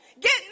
Get